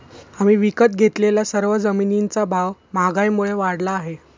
आम्ही विकत घेतलेल्या सर्व जमिनींचा भाव महागाईमुळे वाढला आहे